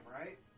right